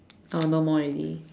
oh no more already